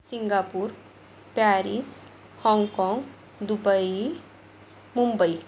Singapore Paris Hong Kong Dubai Mumbai